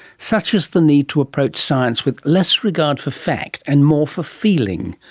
such as the need to approach science with less regard for fact and more for feeling.